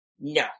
No